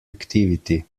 activity